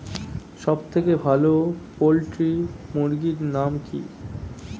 সবথেকে ভালো পোল্ট্রি মুরগির নাম কি?